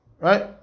right